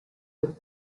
with